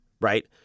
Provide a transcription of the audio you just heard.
right